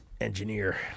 engineer